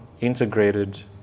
integrated